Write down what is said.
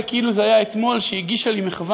אני זוכר את זה כאילו זה היה אתמול שהיא הגישה לי מחווה,